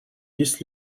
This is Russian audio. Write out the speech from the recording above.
есть